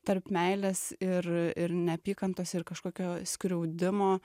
tarp meilės ir ir neapykantos ir kažkokio skriaudimo